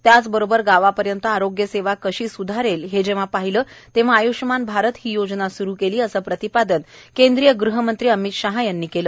त्याच बरोबर गावापर्यंत आरोग्यसेवा कशी स्धारेल हे जेव्हा पाहिले तेव्हा आय्श्यमान भारत ही योजना सुरू केली असं प्रतिपादन केन्द्रीय गृहमंत्री अमित शाह यांनी केलं